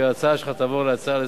ההצעה שלך תעבור להצעה לסדר-היום,